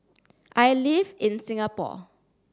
I live in Singapore